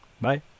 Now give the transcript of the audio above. Bye